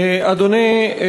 אדוני,